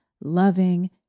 loving